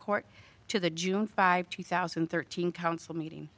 court to the june five two thousand and thirteen council meeting